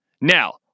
Now